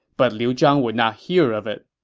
but liu zhang would not hear of it.